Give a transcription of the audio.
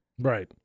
Right